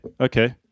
okay